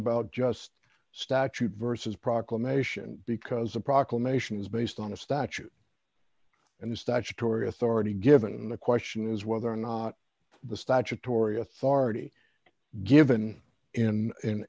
about just statute versus proclamation because a proclamation is based on a statute and statutory authority given the question is whether or not the statutory authority given